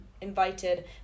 invited